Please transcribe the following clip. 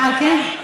אה כן?